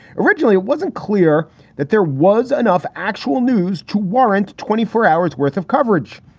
originally, it wasn't clear that there was enough actual news to warrant twenty four hours worth of coverage.